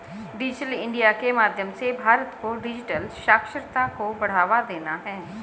digital India के माध्यम से भारत को डिजिटल साक्षरता को बढ़ावा देना है